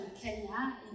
Kenya